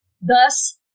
Thus